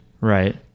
Right